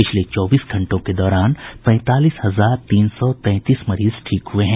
पिछले चौबीस घंटों के दौरान पैंतालीस हजार तीन सौ तैंतीस मरीज ठीक हुए हैं